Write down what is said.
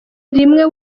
rimwe